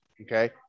okay